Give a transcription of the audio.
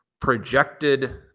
projected